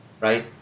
right